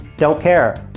don't care.